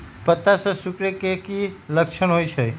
पत्ता के सिकुड़े के की लक्षण होइ छइ?